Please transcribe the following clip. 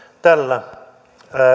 tällä